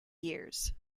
years